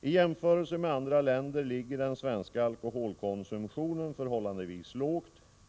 I jämförelse med andra länder ligger den svenska alkoholkonsumtionen förhållandevis lågt.